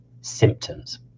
symptoms